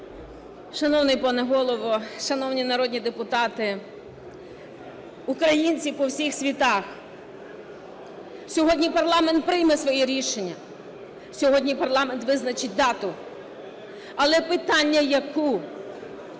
Шановний пане Голово, шановні народні депутати, українці по всіх світах! Сьогодні парламент прийме своє рішення, сьогодні парламент визначить дату, але питання – яку?